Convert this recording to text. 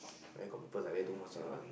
where got people like that do massage one